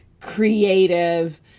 creative